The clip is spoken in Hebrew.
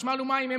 חשמל ומים הם